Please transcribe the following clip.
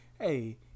hey